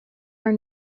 are